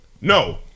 no